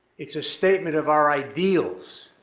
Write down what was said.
it's a statement of our ideals,